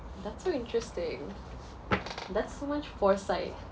that's so interesting that's so much foresight